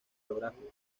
geográficos